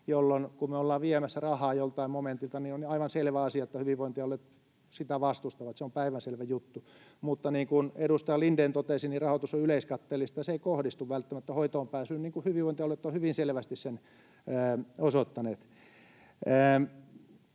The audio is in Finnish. jolloin, kun me ollaan viemässä rahaa joltain momentilta, on aivan selvä asia, että hyvinvointialueet sitä vastustavat. Se on päivänselvä juttu. Mutta niin kuin edustaja Lindén totesi, rahoitus on yleiskatteellista, ja se ei kohdistu välttämättä hoitoonpääsyyn, niin kuin hyvinvointialueet ovat hyvin selvästi osoittaneet.